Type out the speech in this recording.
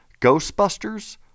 Ghostbusters